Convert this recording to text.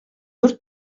бер